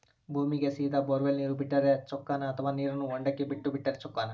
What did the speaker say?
ಭೂಮಿಗೆ ಸೇದಾ ಬೊರ್ವೆಲ್ ನೇರು ಬಿಟ್ಟರೆ ಚೊಕ್ಕನ ಅಥವಾ ನೇರನ್ನು ಹೊಂಡಕ್ಕೆ ಬಿಟ್ಟು ಬಿಟ್ಟರೆ ಚೊಕ್ಕನ?